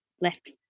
left